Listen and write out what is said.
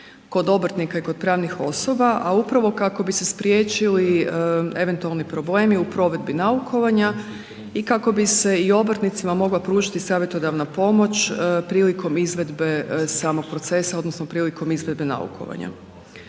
kod obrtnika i kod pravnih osoba, a upravo kako bi se spriječili eventualni problemi u provedbi naukovanja i kako bi se i obrtnicima mogla pružiti savjetodavna pomoć prilikom izvedbe samog procesa odnosno prilikom izvedbe naukovanja.